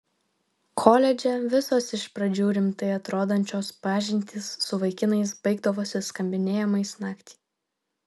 koledže visos iš pradžių rimtai atrodančios pažintys su vaikinais baigdavosi skambinėjimais naktį